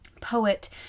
poet